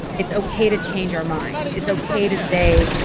it's okay to change our minds. it's okay to say,